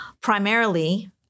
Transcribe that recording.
primarily